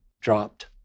dropped